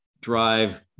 drive